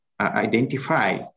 identify